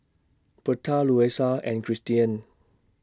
Berta Luisa and Kristian